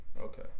Okay